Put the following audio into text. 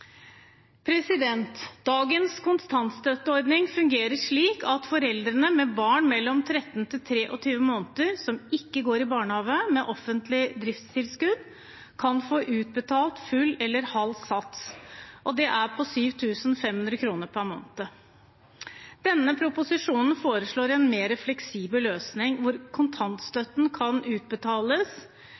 Dagens kontantstøtteordning fungerer slik at foreldre med barn mellom 13 og 23 måneder som ikke går i barnehage med offentlig driftstilskudd, kan få utbetalt full eller halv sats, og det er på 7 500 kr per måned. Denne proposisjonen foreslår en mer fleksibel løsning hvor kontantstøtten kan utbetales